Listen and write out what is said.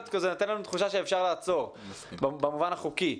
כי זה נותן לנו תחושה שאפשר לעצור במובן החוקי.